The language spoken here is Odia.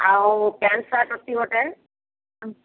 ଆଉ ପ୍ୟାଣ୍ଟ ସାର୍ଟ ଅଛି ଗୋଟେ